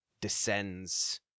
descends